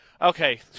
Okay